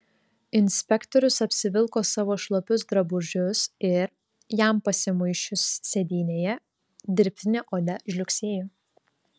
inspektorius apsivilko savo šlapius drabužius ir jam pasimuisčius sėdynėje dirbtinė oda žliugsėjo